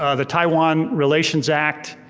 ah the taiwan relations act